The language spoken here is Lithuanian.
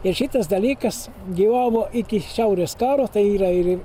ir šitas dalykas gyvavo iki šiaurės karo tai yra ir